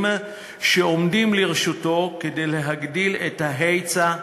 שעומדים לרשותו כדי להגדיל את ההיצע,